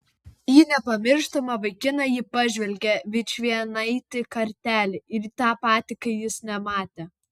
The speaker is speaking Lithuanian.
į nepamirštamą vaikiną ji pažvelgė vičvienaitį kartelį ir tą patį kai jis nematė